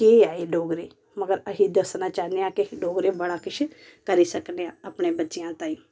केह् ऐ एह् डोगरे मगर अस दस्सना चाह्न्ने आं कि अस डोगरे बड़ा किश करी सकने आं अपने बच्चेआं तांई